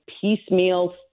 piecemeal